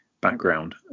background